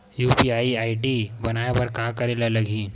UPI ID बनाये बर का करे ल लगही?